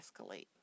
escalate